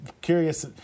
curious